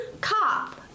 cop